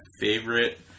favorite